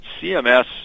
CMS